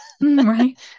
right